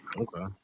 okay